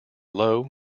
low